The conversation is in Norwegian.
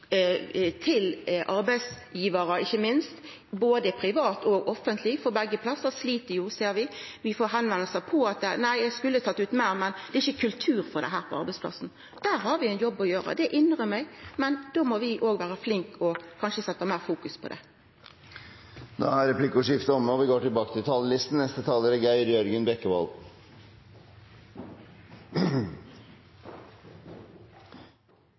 til arbeidsgjevarar, ikkje minst, både private og offentlege, for begge plassar slit, ser vi. Vi får meldingar om at ein skulle ha teke ut meir, men at det ikkje er kultur for det på arbeidsplassen. Der har vi ein jobb å gjera. Det innrømmer eg, men då må vi kanskje òg vera flinke til å fokusera meir på det. Replikkordskiftet er omme. Kristelig Folkeparti er